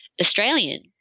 australian